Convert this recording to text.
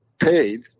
paid